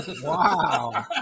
wow